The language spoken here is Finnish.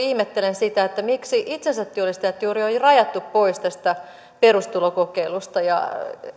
ihmettelen sitä miksi itsensätyöllistäjät juuri oli rajattu pois tästä perustulokokeilusta ja